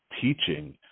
teaching